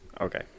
Okay